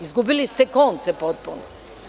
Izgubili ste konce potpuno.